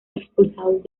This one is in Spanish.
expulsados